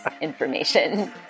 information